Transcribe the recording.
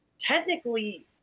technically